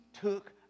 took